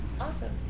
Awesome